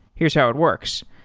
here's how it works.